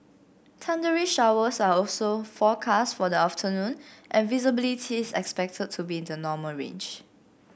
thundery showers are also forecast for the afternoon and visibility is expected to be in the normal range